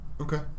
Okay